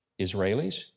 Israelis